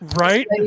Right